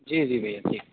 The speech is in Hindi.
जी जी भैया ठीक